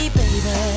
baby